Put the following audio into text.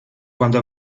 quando